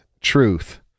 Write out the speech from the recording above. truth